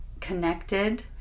connected